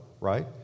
right